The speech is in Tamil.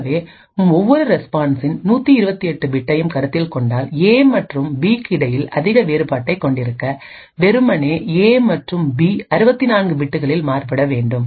ஆகவேஒவ்வொரு ரெஸ்பான்ஸ்சின் 128 பிட்டையும் கருத்தில் கொண்டால் ஏ மற்றும் பிக்கு இடையில் அதிகபட்ச வேறுபாட்டைக் கொண்டிருக்க வெறுமனே ஏ மற்றும் பி 64 பிட்களில் மாறுபட வேண்டும்